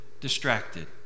distracted